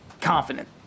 confident